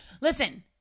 Listen